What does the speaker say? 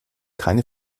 keine